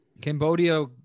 Cambodia